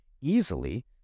easily